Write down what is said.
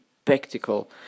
Spectacle